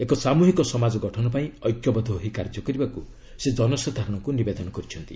ଏକ ସାମ୍ବହିକ ସମାଜ ଗଠନ ପାଇଁ ଐକ୍ୟବଦ୍ଧ ହୋଇ କାର୍ଯ୍ୟ କରିବାକୁ ସେ ଜନସାଧାରଣଙ୍କୁ ନିବେଦନ କରିଛନ୍ତି